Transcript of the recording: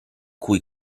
cui